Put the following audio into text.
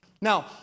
Now